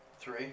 Three